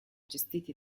gestiti